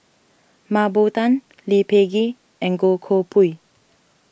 Mah Bow Tan Lee Peh Gee and Goh Koh Pui